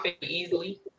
easily